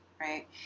right